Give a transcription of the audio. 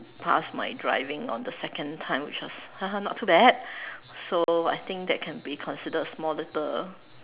pass my driving on the second time which was not too bad so I think that can be considered small little